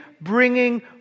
bringing